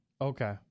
okay